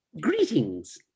Greetings